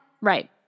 Right